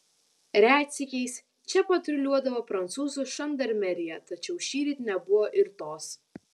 retsykiais čia patruliuodavo prancūzų žandarmerija tačiau šįryt nebuvo ir tos